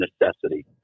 necessity